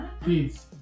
please